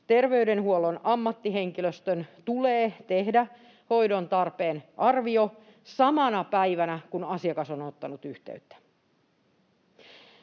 Terveydenhuollon ammattihenkilöstön tulee tehdä hoidon tarpeen arvio samana päivänä, kun asiakas on ottanut yhteyttä.